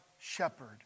shepherd